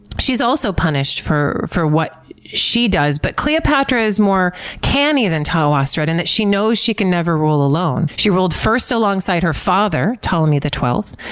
she's also punished for for what she does, but cleopatra is more canny than twosret, so ah so but in that she knows she can never rule alone. she ruled first alongside her father, ptolemy the twelfth,